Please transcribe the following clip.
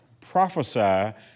prophesy